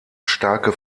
starke